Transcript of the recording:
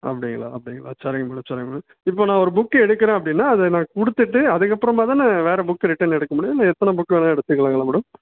அப்படிங்களா அப்படிங்களா சரிங்க மேடம் சரிங்க மேடம் இப்போது நான் ஒரு புக்கு எடுக்கிறேன் அப்படின்னா அதை நான் கொடுத்துட்டு அதுக்கப்புறமா தான் நான் வேற புக்கு ரிட்டர்ன் எடுக்க முடியும் இல்லை எத்தனை புக்கு வேணா எடுத்துக்கலாங்களா மேடம்